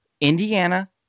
Indiana